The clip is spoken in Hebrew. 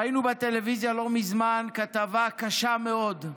ראינו בטלוויזיה לא מזמן כתבה קשה מאוד: